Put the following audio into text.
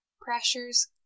Pressures